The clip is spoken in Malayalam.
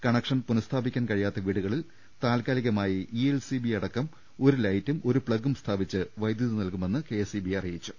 കണക്ഷൻ പുനസ്ഥാപിക്കാൻ കഴിയാത്ത വീടുകളിൽ താൽക്കാ ലികമായി ഇഎൽസിബി അടക്കം ഒരു ലൈറ്റും ഒരു പ്ലഗ്ഗും സ്ഥാപിച്ച് വൈദ്യുതി നൽകുമെന്ന് കെഎസ്ഇബി അറിയിച്ചു